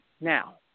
Now